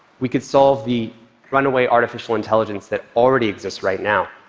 we could solve the runaway artificial intelligence that already exists right now,